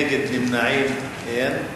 נגד ונמנעים, אין.